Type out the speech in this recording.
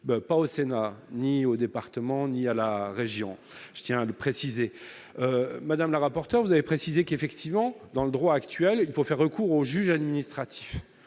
pas au Sénat, ni au département ni à la région, je tiens à le préciser, madame la rapporteure, vous avez précisé qu'effectivement dans le droit actuel, il faut faire recours au juge administratif,